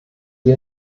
die